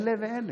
אלה ואלה.